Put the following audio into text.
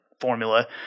formula